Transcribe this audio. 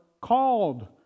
called